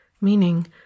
meaning